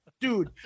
Dude